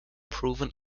proven